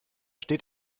steht